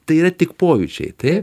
tai yra tik pojūčiai taip